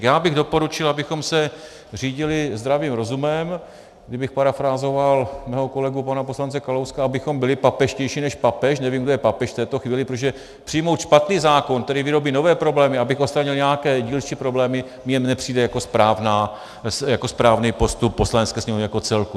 Já bych doporučil, abychom se řídili zdravým rozumem, kdybych parafrázoval svého kolegu, pana poslance Kalouska, abychom byli papežštější než papež, nevím, kdo je papež v této chvíli, protože přijmout špatný zákon, který vyrobí nové problémy, aby odstranil nějaké dílčí problémy, mně nepřijde jako správný postup Poslanecké sněmovny jako celku.